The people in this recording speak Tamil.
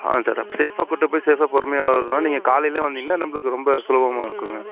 ஆ சார் சேஃபாக கூப்பிட்டு போய் சேஃபாக பொறுமையாக வரணுன்னா நீங்கள் காலையிலேயே வந்தீங்கனா நம்மளுக்கு ரொம்ப சுலபமா இருக்குங்க